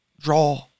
draw